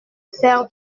faire